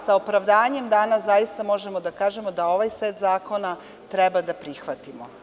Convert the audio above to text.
Sa opravdanjem možemo da kažemo da ovaj set zakona treba da prihvatimo.